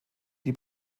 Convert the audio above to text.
die